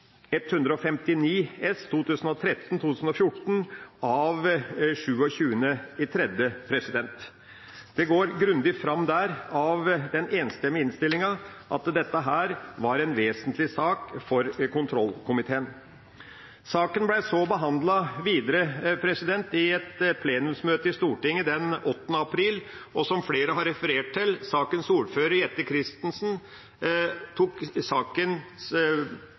159 S for 2013–2014, 27. mars. Det går grundig fram av den enstemmige innstillinga at dette var en vesentlig sak for kontroll- og konstitusjonskomiteen. Saken ble så behandlet videre i et plenumsmøte i Stortinget 8. april, og som flere har referert til, tok sakens ordfører, Jette F. Christensen,